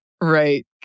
Right